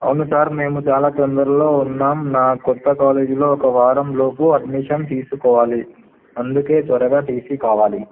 అవును సార్ మేము చాలా తొందరలో ఉన్నాం నా కొత్త కాలేజీలో ఒక వారం లోపు అడ్మిషన్ తీసుకోవాలి అందుకే త్వరగా టీసీ కావాలి